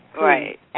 Right